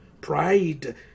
pride